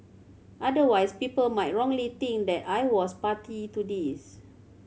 otherwise people might wrongly think that I was party to this